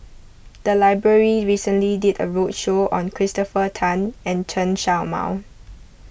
the library recently did a roadshow on Christopher Tan and Chen Show Mao